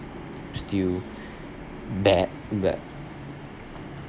still bad but